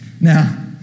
Now